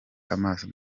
amaso